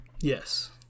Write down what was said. Yes